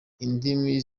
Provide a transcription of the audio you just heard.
indimi